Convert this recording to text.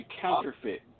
counterfeit